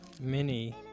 Mini